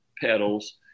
petals